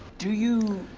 do you?